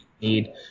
need